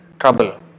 trouble